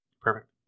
perfect